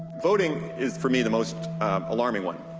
voting is, for me, the most alarming one.